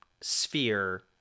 sphere